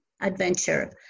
adventure